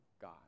God